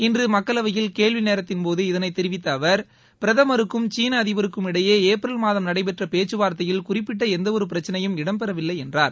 இன்று மக்களவையில் கேள்வி நேரத்தின் போது இதனைத் தெரிவித்த அவர் பிரதமருக்கும் சீள அதிபருக்கும் இடையே ஏப்ரல் மாதம் நடைபெற்ற பேச்சுவார்த்தையில் குறிப்பிட்ட எந்தவொரு பிரச்சிளையும் இடம்பெறவில்லை என்றார்